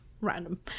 random